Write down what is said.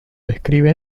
describe